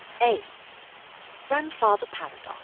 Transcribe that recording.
a grandfather paradox